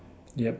yup